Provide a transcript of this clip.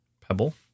Pebble